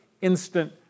Instant